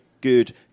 good